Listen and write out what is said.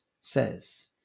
says